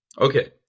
Okay